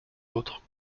autres